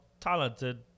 Talented